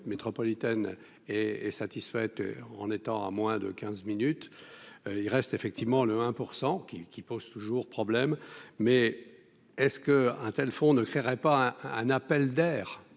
métropolitaine et est satisfaite, en étant à moins de 15 minutes il reste effectivement le 1 % qui qui pose toujours problème mais est-ce que un tel font ne créerait pas un un appel d'air